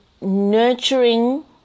nurturing